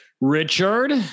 Richard